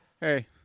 Hey